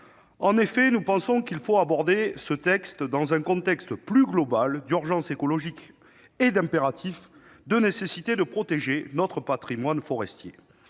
En effet, nous pensons qu'il faut aborder cette proposition de loi dans le contexte plus global de l'urgence écologique et de l'impérative nécessité de protéger notre patrimoine forestier.